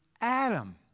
Adam